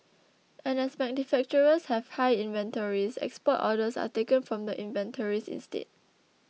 and as manufacturers have high inventories export orders are taken from the inventories instead